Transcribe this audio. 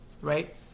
Right